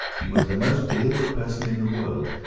he was the most deliberate person in the world,